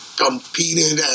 competed